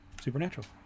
Supernatural